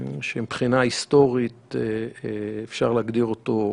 שמבחינה היסטורית אפשר להגדיר אותו כך.